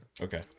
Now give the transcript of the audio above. Okay